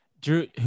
Drew